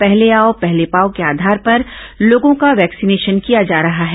पहले आओ पहले पाओ के आधार पर लोगों का वैक्सीनेशन किया जा रहा है